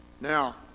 Now